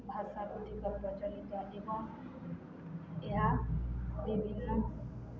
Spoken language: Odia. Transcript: ଭାଷାକୁ ପ୍ରଚଳିତ ଏବଂ ଏହା ବିଭିନ୍ନ